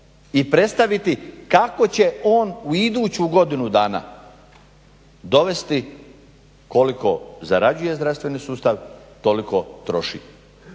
i predstaviti kako će on u iduću godinu dana dovesti koliko zarađuje zdravstveni sustav, toliko troši.